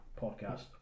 podcast